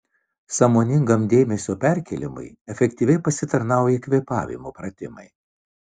sąmoningam dėmesio perkėlimui efektyviai pasitarnauja kvėpavimo pratimai